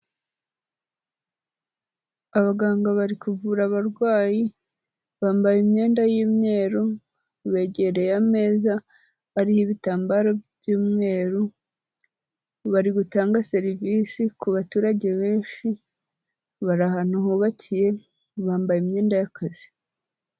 Abaganga bari kuvura abarwayi bambaye imyenda y'umweru, begereye ameza ariho ibitambaro by'umweru, bari butangage serivisi ku baturage benshi, bari ahantu hubakiye bambaye imyenda y'akazi.